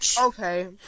Okay